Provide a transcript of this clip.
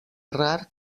rar